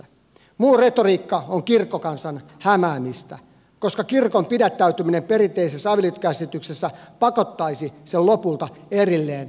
muu retoriikka on kirkkokansan hämäämistä koska kirkon pidättäytyminen perinteisessä avioliittokäsityksessä pakottaisi sen lopulta erilleen valtiosta